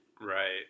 right